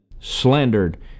slandered